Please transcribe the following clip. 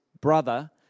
brother